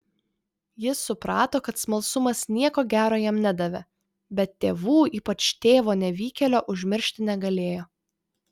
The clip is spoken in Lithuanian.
jis suprato kad smalsumas nieko gero jam nedavė bet tėvų ypač tėvo nevykėlio užmiršti negalėjo